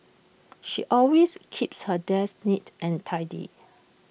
she always keeps her desk neat and tidy